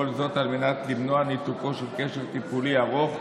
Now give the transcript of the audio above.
כל זאת על מנת למנוע את ניתוקו של קשר טיפולי ארוך,